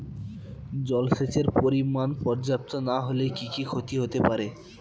জলসেচের পরিমাণ পর্যাপ্ত না হলে কি কি ক্ষতি হতে পারে?